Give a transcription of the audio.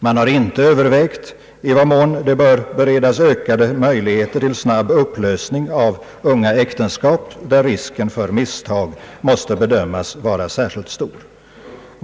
Man har inte övervägt i vad mån det bör beredas ökade möjligheter till snabb upplösning av unga äktenskap där risken för misstag måste bedömas vara stor.